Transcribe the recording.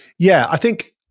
yeah, i think,